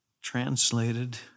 translated